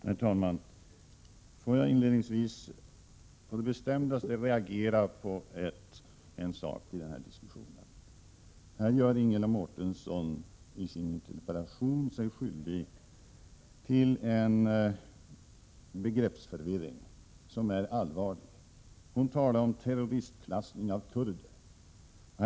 Herr talman! Låt mig inledningsvis på det bestämdaste reagera mot en sak i den här diskussionen. Ingela Mårtensson gör sig i sin interpellation skyldig tillen begreppsförvirring, som är allvarlig. Hon talar om terroristklassningav Prot. 1987/88:125 kurder.